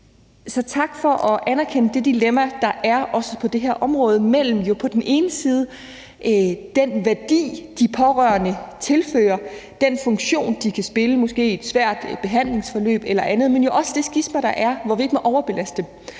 Så tak for at anerkende det dilemma, der også er på det her område mellem på den ene side den værdi, de pårørende tilfører, og den funktion, de kan have i et måske svært behandlingsforløb eller andet, men jo også det skisma, der er, hvor vi ikke må overbelaste